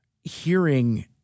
hearing